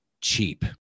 cheap